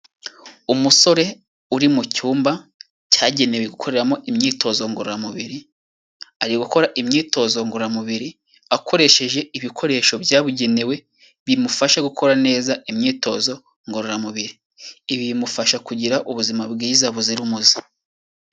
Umusore uri mu cyumba cyagenewe gukoreramo imyitozo ngororamubiri, ari gukora imyitozo ngororamubiri akoresheje ibikoresho byabugenewe bimufasha gukora neza imyitozo ngororamubiri. Ibi bimufasha kugira ubuzima bwiza buzira umuze.